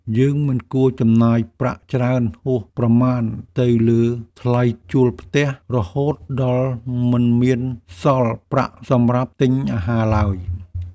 យើងមិនគួរចំណាយប្រាក់ច្រើនហួសប្រមាណទៅលើថ្លៃជួលផ្ទះ រហូតដល់មិនមានសល់ប្រាក់សម្រាប់ទិញអាហារឡើយ។